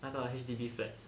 那个 H_D_B flats